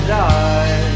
die